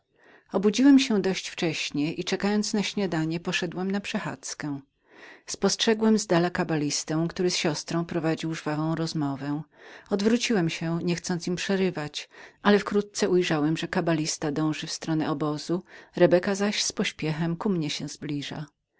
obudziłem się dość wcześnie i czekając na śniadanie poszedłem na przechadzkę spostrzegłem z daleka kabalistę który z siostrą prowadził żwawą rozmowę odwróciłem się niechcąc im przerywać ale wkrótce ujrzałem że kabalista dążył w stronę obozu rebeka zaś z pośpiechem ku mnie się zbliżała